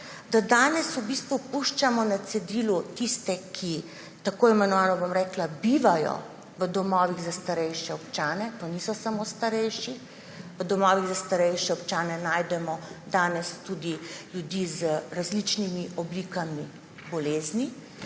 da danes v bistvu puščamo na cedilu tiste, ki bivajo v domovih za starejše občane − pa to niso samo starejši, ker v domovih za starejše občane najdemo danes tudi ljudi z različnimi oblikami bolezni